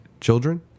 Children